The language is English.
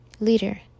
Leader